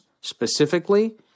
specifically